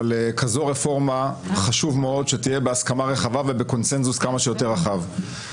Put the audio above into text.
אבל רפורמה כזאת חשוב מאוד שתהיה בהסכמה רחבה ובקונצנזוס כמה שיותר רחב.